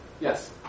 Yes